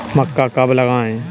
मक्का कब लगाएँ?